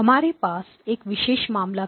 हमारे पास एक विशेष मामला था